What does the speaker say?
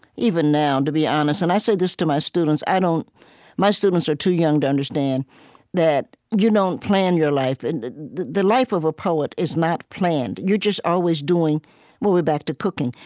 even now, to be honest, and i say this to my students, i don't my students are too young to understand that you don't plan your life. and the the life of a poet is not planned. you're just always doing well, we're back to cooking.